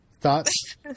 thoughts